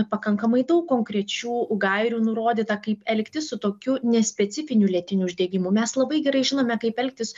pakankamai daug konkrečių gairių nurodyta kaip elgtis su tokiu nespecifiniu lėtiniu uždegimu mes labai gerai žinome kaip elgtis